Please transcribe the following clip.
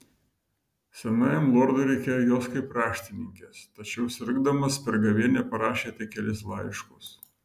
senajam lordui reikėjo jos kaip raštininkės tačiau sirgdamas per gavėnią parašė tik kelis laiškus